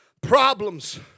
Problems